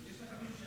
הערבית.